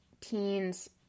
teens